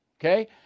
Okay